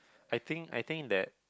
I think I think that